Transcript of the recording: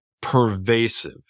pervasive